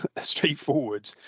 straightforward